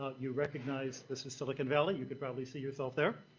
ah you recognize this is silicon valley. you could probably see yourself there.